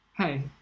Hey